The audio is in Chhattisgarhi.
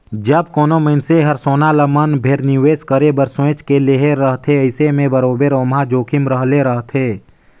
जब कोनो मइनसे हर सोना ल मन भेर निवेस करे बर सोंएच के लेहे रहथे अइसे में बरोबेर ओम्हां जोखिम रहले रहथे